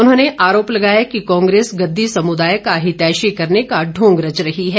उन्होंने आरोप लगाया कि कांग्रेस गददी समुदाय का हितैषी करने का ढोंग रच रही है